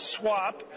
swap